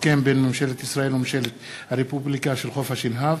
הסכם בין ממשלת ישראל לממשלת הרפובליקה של חוף-השנהב